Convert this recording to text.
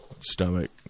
stomach